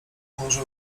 może